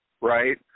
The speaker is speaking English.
right